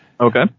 Okay